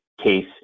case